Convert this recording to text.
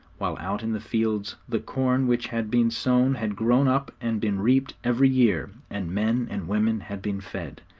while out in the fields the corn which had been sown had grown up and been reaped every year, and men and women had been fed.